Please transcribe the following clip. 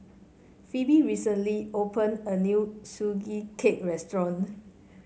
Pheobe recently opened a new Sugee Cake restaurant